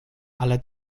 ale